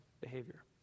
behavior